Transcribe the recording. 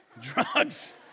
Drugs